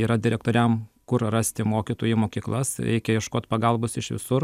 yra direktoriam kur rasti mokytojų į mokyklas reikia ieškot pagalbos iš visur